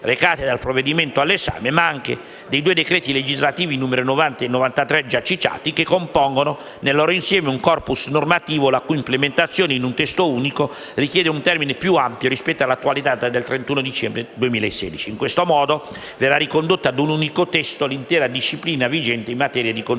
recate dal provvedimento all'esame, ma anche dei due decreti legislativi nn. 90 e 93 già citati, che compongono nel loro insieme un *corpus* normativo la cui implementazione in un testo unico richiede un termine più ampio rispetto all'attuale data del 31 dicembre 2016. In questo modo verrà ricondotta a un unico testo l'intera disciplina vigente in materia di contabilità